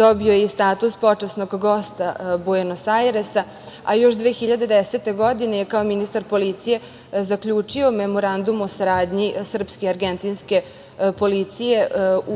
dobio je i status počasnog gosta Buenos Airesa, a još 2010. godine je kao ministar policije zaključio Memorandum o saradnji srpske i argentinske policije